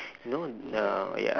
you know the ya